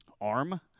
arm